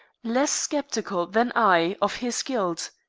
less sceptical than i of his guilt.